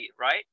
right